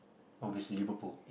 obviously Liverpool